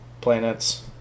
planets